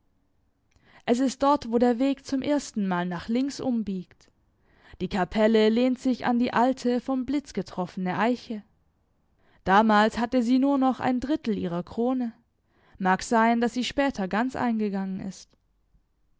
es ist dort wo der weg zum erstenmal nach links umbiegt die kapelle lehnt sich an die alte vom blitz getroffene eiche damals hatte sie nur noch ein drittel ihrer krone mag sein daß sie später ganz eingegangen ist